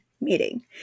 meeting